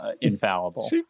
infallible